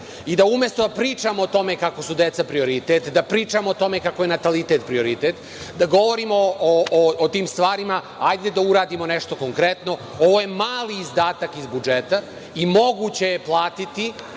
i da umesto da pričamo o tome kako su deca prioritet, da pričamo o tome kako je natalitet prioritet, da govorimo o tim stvarima, hajde da uradimo nešto konkretno. Ovo je mali izdatak iz budžeta i moguće je platiti